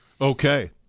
okay